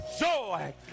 Joy